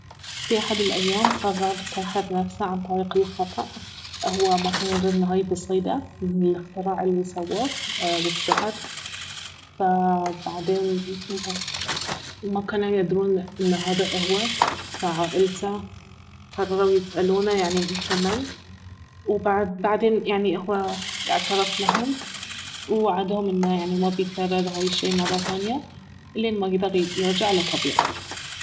في احد الأيام صغر ساحر نفسه عن طريق الخطأ اهو ما كان يدري ان هاي بيصيده من الاختراع الي سواه والسحر فبعدين ما كانوا يدرون ان هذا اهو فعائلته قرروا يسالونه يعني انت من وبعد- بعدين يعني اهواعترف لهم ووعدهم انه يعني ما بيكرر هالشي مرة ثانية الين ما قدر يرجع لطبيعته